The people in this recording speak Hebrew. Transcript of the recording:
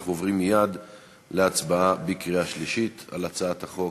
אנחנו עוברים מייד להצבעה בקריאה שלישית על הצעת החוק.